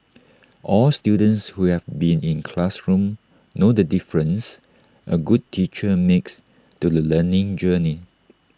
all students who have been in classrooms know the difference A good teacher makes to the learning journey